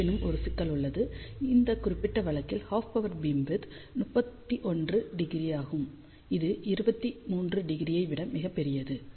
இருப்பினும் ஒரு சிக்கல் உள்ளது இந்த குறிப்பிட்ட வழக்கில் ஹாஃப் பவர் பீம் விட்த் 31° ஆகும் இது 23° ஐ விட மிகப் பெரியது